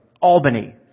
Albany